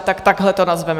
Tak takhle to nazveme.